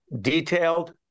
detailed